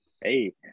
Hey